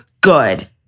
good